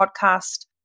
podcast